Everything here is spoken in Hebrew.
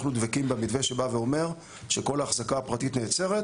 אנחנו דבקים במתווה שבא ואומר שכל ההחזקה הפרטית נעצרת,